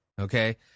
Okay